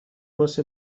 پستی